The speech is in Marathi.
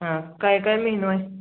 हा काय काय म्हेनू आहे